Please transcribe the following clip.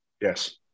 Yes